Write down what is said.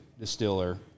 distiller